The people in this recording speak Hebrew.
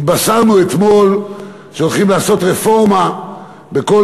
התבשרנו אתמול שהולכים לעשות רפורמה בכל